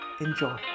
Enjoy